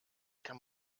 kann